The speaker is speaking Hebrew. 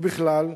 ובכלל,